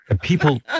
People